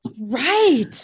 Right